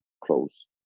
close